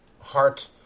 heart